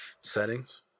Settings